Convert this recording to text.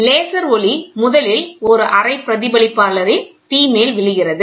laser ஒளி முதலில் ஒரு அரை பிரதிபலிப்பாளரின் P மேல் விழுகிறது